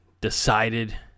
decided